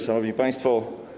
Szanowni Państwo!